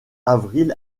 avril